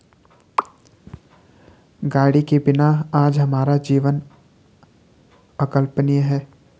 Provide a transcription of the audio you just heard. गाड़ी के बिना आज हमारा जीवन अकल्पनीय है